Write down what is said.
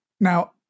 Now